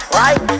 right